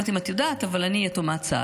אני לא יודעת אם את יודעת, אבל אני יתומת צה"ל.